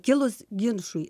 kilus ginčui